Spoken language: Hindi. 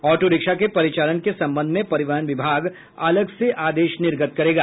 ऑटो रिक्शा के परिचालन के संबंध में परिवहन विभाग अलग से आदेश निर्गत करेगा